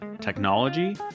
technology